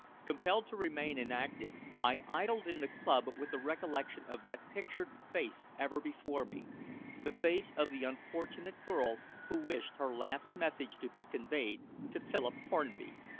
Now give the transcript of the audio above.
compelled to remain inactive, i idled in the club with the recollection of that pictured face ever before me the face of the unfortunate girl who wished her last message to be conveyed to philip hornby.